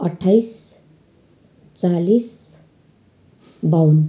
अठाइस चालिस बाउन्न